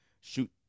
shoot